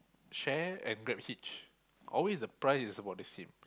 share and GrabHitch always the price is about the same